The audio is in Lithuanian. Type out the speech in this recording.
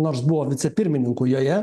nors buvo vicepirmininku joje